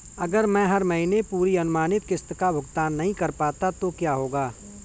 अगर मैं हर महीने पूरी अनुमानित किश्त का भुगतान नहीं कर पाता तो क्या होगा?